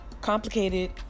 complicated